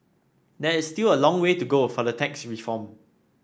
there is still a long way to go for the tax reform